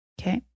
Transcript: Okay